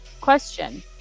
Question